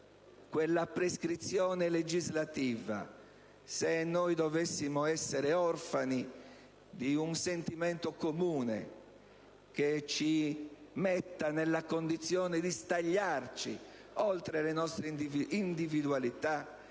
quella prescrizione legislativa, se noi dovessimo essere orfani di un sentimento comune che ci metta nella condizione di stagliarci oltre le nostre individualità